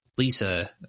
Lisa